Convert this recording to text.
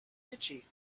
itchy